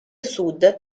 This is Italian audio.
sud